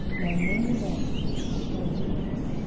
magnolia gardens a prose-poem